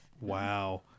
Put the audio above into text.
Wow